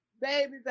baby